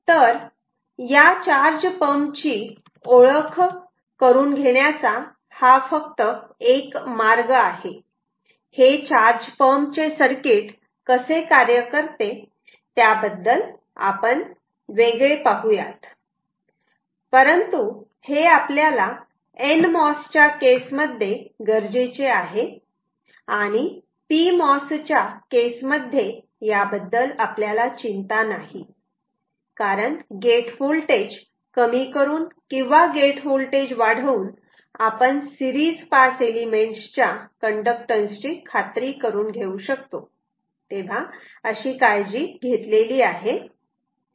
तर या charge pump ची ओळख करून घेण्याचा हा फक्त एक मार्ग आहे हे चार्ज पंप चे सर्किट कसे कार्य करते त्याबद्दल आपण वेगळे पाहुयात परंतु हे आपल्याला nmos च्या केस मध्ये गरजेचे आहे आणि pmos च्या केस मध्ये याबद्दल आपल्याला चिंता नाही कारण गेट होल्टेज कमी करून किंवा गेट होल्टेज वाढवून आपण सिरीज पास एलिमेंट च्या कण्डक्टन्स ची खात्री करून घेऊ शकतो अशी काळजी घेतलेली आहे